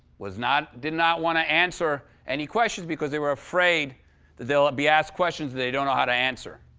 was not did not want to answer any questions, because they were afraid that they'll be asked questions that they don't know how to answer.